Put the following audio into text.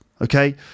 okay